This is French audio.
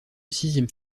sixième